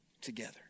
together